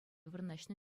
вырнаҫнӑ